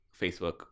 Facebook